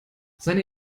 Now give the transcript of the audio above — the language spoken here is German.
seine